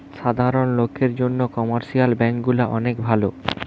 সাধারণ লোকের জন্যে কমার্শিয়াল ব্যাঙ্ক গুলা অনেক ভালো